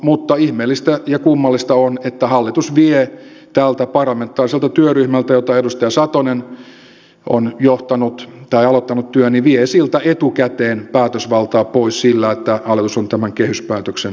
mutta ihmeellistä ja kummallista on että hallitus vie tältä parlamentaariselta työryhmältä jonka työn edustaja satonen on aloittanut etukäteen päätösvaltaa pois sillä että hallitus on tämän kehyspäätöksen toteuttanut